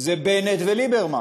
אלה בנט וליברמן.